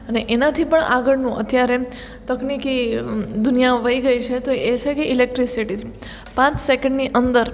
અને એનાથી પણ આગળનું અત્યારે તકનિકી દુનિયા વધી ગઈ છે તો એ છે કે ઇલેક્ટ્રિસિટીસ પાંચ સેકન્ડની અંદર